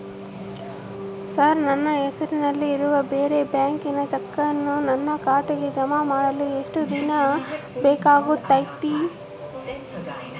Sir ನನ್ನ ಹೆಸರಲ್ಲಿ ಇರುವ ಬೇರೆ ಬ್ಯಾಂಕಿನ ಚೆಕ್ಕನ್ನು ನನ್ನ ಖಾತೆಗೆ ಜಮಾ ಮಾಡಲು ಎಷ್ಟು ದಿನ ಬೇಕಾಗುತೈತಿ?